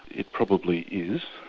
it probably is,